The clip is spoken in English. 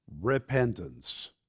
repentance